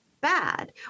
bad